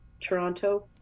Toronto